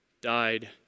died